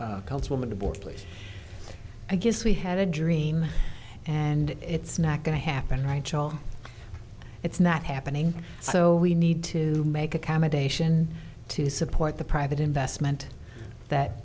please i guess we had a dream and it's not going to happen right it's not happening so we need to make accommodation to support the private investment that